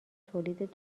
تولید